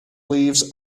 leaves